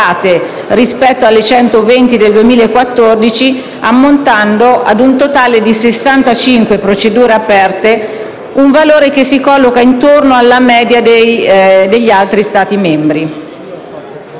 rispetto alle 120 del 2014, ammontando a un totale di 65 procedure aperte, un valore che si colloca intorno alla media degli altri Stati membri.